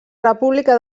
república